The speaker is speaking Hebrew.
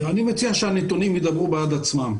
אני מציע שהנתונים ידברו בעד עצמם.